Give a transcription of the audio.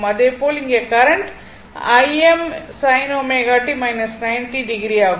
இதேபோல் இங்கே current Im sin ω t 90o ஆகும்